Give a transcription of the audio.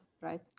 right